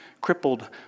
crippled